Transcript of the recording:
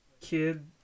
kid